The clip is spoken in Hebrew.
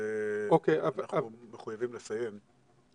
אנחנו מחויבים לסיים.